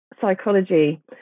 psychology